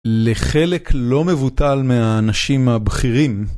לחלק לא מבוטל מהאנשים הבכירים.